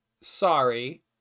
sorry